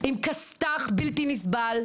עם "כסת"ח" בלי נסבל.